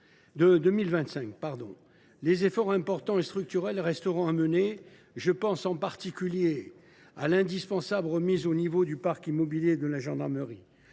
des efforts importants et structurels resteront à mener. Je pense en particulier à l’indispensable remise à niveau du parc immobilier de la gendarmerie.